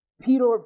Peter